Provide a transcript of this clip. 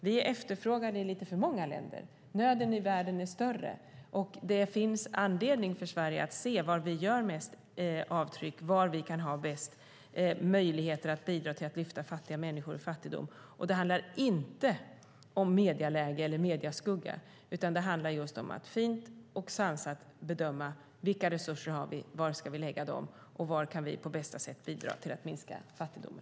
Vi är efterfrågade i lite för många länder. Nöden i världen är större, och det finns anledning för Sverige att se var vi kan göra mest avtryck och var vi kan ha bäst möjligheter att bidra till att lyfta fattiga människor ur fattigdom. Det handlar inte om medieläge eller medieskugga, utan det handlar just om att fint och sansat bedöma vilka resurser vi har, var vi ska lägga dem och var vi på bästa sätt kan bidra till att minska fattigdomen.